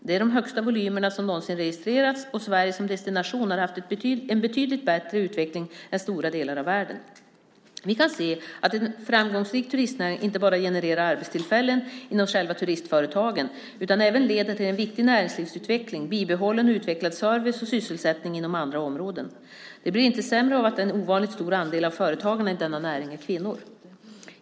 Det är de högsta volymerna som någonsin registrerats, och Sverige som destination har haft en betydligt bättre utveckling än stora delar av världen. Vi kan se att en framgångsrik turistnäring inte bara genererar arbetstillfällen inom själva turistföretagen utan även leder till en viktig näringslivsutveckling, bibehållen och utvecklad service och sysselsättning inom andra områden. Det blir inte sämre av att en ovanligt stor andel av företagarna i denna näring är kvinnor.